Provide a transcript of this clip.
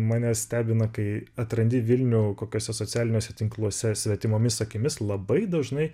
mane stebina kai atrandi vilnių kokiuose socialiniuose tinkluose svetimomis akimis labai dažnai